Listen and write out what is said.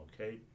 okay